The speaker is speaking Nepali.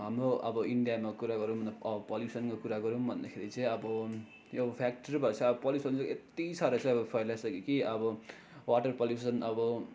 हाम्रो अब इन्डियामा कुरा गरौँ भन्दा पल्युसनको कुरा गरौँ भन्दाखेरि चाहिँ अब यो फ्याक्ट्री भएपछि चाहिँ यो पल्युसन चाहिँ यति साह्रो चाहिँ फैलाइसक्यो कि अब वाटर पल्युसन अब